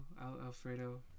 alfredo